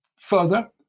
further